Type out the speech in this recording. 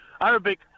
Arabic